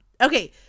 okay